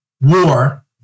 war